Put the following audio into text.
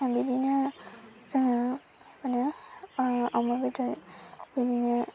आं बिदिनो जोङो अमा बेदर बिदिनो